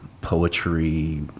poetry